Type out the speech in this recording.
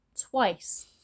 twice